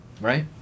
Right